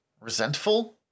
resentful